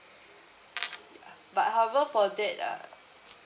ya but however for that uh